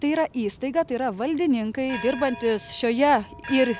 tai yra įstaiga tai yra valdininkai dirbantys šioje ir